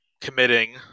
committing